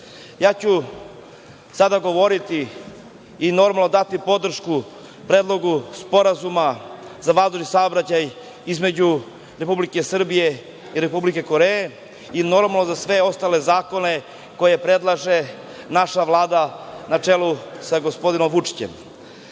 ću govoriti i, normalno, dati podršku Predlogu sporazuma za vazdušni saobraćaj između Republike Srbije i Republike Koreje i za sve ostale zakone koje predlaže naša Vlada, na čelu sa gospodinom Vučićem. Svi